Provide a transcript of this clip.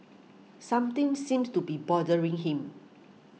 something seems to be bothering him